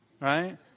Right